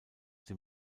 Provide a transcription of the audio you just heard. dem